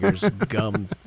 gum